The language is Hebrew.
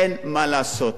אין מה לעשות,